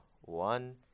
one